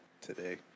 today